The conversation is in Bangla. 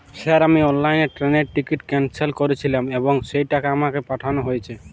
স্যার আমি অনলাইনে ট্রেনের টিকিট ক্যানসেল করেছিলাম এবং সেই টাকা আমাকে পাঠানো হয়েছে?